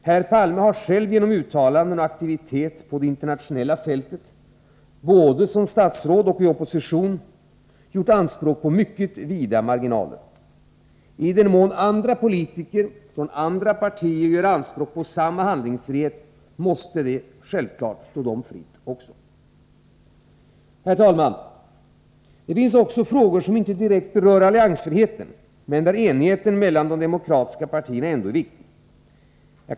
Herr Palme har själv genom uttalanden och aktiviteter på det internationella fältet, både som statsråd och i opposition, gjort anspråk på mycket vida marginaler. I den mån politiker från andra partier gör anspråk på samma handlingsfrihet, måste detta självfallet stå också dem fritt. Herr talman! Det finns även frågor som inte direkt berör alliansfriheten men där enigheten mellan de demokratiska partierna ändå är viktig.